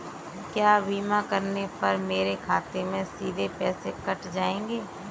क्या बीमा करने पर मेरे खाते से सीधे पैसे कट जाएंगे?